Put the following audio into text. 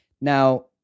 Now